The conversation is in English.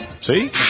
See